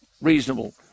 Reasonable